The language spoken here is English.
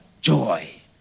joy